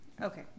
okay